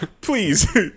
Please